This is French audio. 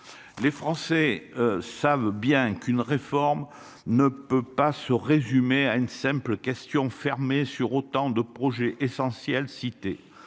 Les Français savent bien qu'une réforme ne peut pas se résumer à une simple question fermée sur autant de projets essentiels, cité